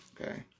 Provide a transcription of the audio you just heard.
Okay